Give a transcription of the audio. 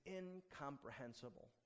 incomprehensible